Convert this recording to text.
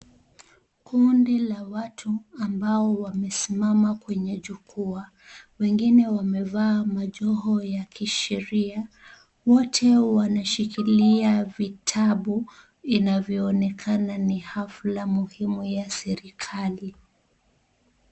Kundi la watu ambao wamesimama kwenye chukua. Wengine wamevaa majoho ya kisheria. Wote wanashikilia vitabu inavyoonekana ni hafla muhimu ya serikali.